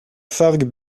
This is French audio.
fargue